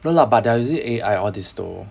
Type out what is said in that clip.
no lah but they are using A_I all these though